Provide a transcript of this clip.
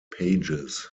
pages